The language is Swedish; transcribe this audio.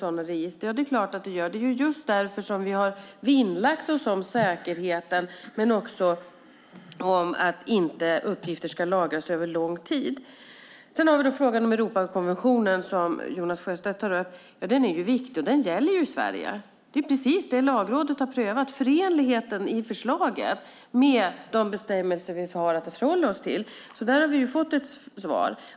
Det är klart att det gör. Det är just därför som vi har vinnlagt oss om säkerheten men också om att uppgifter inte ska lagras över lång tid. Sedan har vi frågan om Europakonventionen, som Jonas Sjöstedt tar upp. Den är viktig, och den konventionen gäller i Sverige. Det är precis därför Lagrådet har prövat förenligheten i förslaget med de bestämmelser vi har att förhålla oss till. Där har vi fått ett svar.